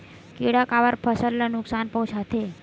किड़ा काबर फसल ल नुकसान पहुचाथे?